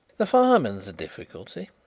the fireman is a difficulty,